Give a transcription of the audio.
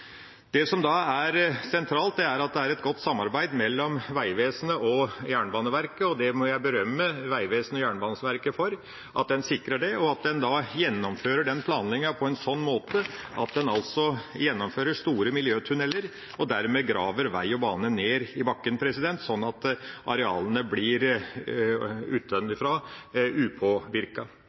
skal gjennom. Da er det sentralt at det er et godt samarbeid mellom Vegvesenet og Jernbaneverket, og det må jeg berømme Vegvesenet og Jernbaneverket for. Det er viktig at en sikrer det, og at en gjennomfører planlegginga på en slik måte at en bygger store miljøtunneler og dermed graver vei og bane ned i bakken, slik at arealene blir